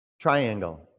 Triangle